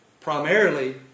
Primarily